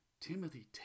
Timothy